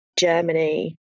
germany